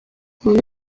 hona